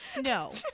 no